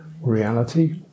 reality